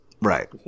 Right